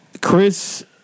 Chris